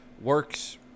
works